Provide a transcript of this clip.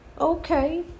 Okay